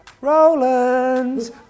Roland